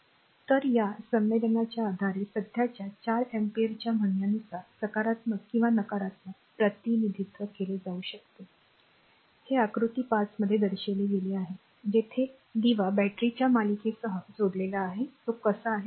तर या संमेलनाच्या आधारे सध्याच्या 4 अँपिअरच्या म्हणण्यानुसार सकारात्मक किंवा नकारात्मक प्रतिनिधित्व केले जाऊ शकते हे आकृती 5 मध्ये दर्शविले गेले आहे जेथे दिवा बॅटरीच्या मालिकेसह जोडलेला आहे तो कसा आहे ते बघा